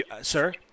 sir